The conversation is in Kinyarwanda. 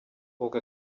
ubwo